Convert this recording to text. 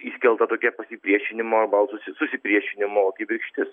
iškelta tokia pasipriešinimo susipriešinimo kibirkštis